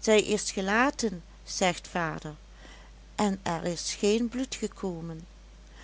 zij is gelaten zegt vader en er is geen bloed gekomen